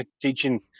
teaching